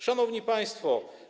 Szanowni Państwo!